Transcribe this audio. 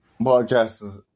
podcasts